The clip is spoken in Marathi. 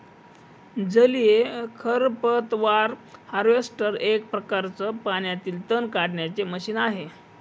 जलीय खरपतवार हार्वेस्टर एक प्रकारच पाण्यातील तण काढण्याचे मशीन आहे